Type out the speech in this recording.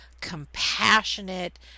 compassionate